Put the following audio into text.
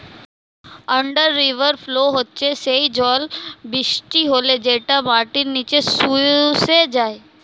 under river flow হচ্ছে সেই জল বৃষ্টি হলে যেটা মাটির নিচে শুষে যায়